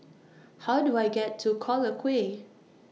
How Do I get to Collyer Quay